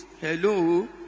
hello